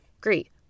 great